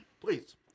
Please